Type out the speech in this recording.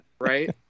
right